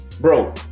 Bro